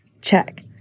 Check